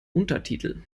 untertitel